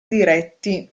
diretti